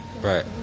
Right